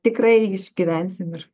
tikrai išgyvensim ir